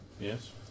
Yes